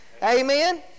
Amen